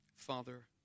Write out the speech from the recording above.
Father